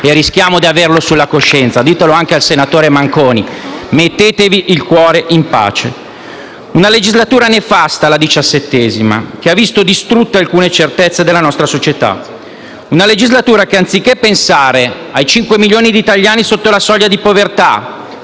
e della senatrice Rizzotti)*. Ditelo anche al senatore Manconi. Mettetevi il cuore in pace. Una legislatura nefasta, la XVII, che ha visto distrutte alcune certezze della nostra società. Una legislatura che, anziché pensare ai 5 milioni di italiani sotto la soglia di povertà,